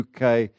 uk